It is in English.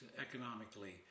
economically